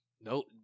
nope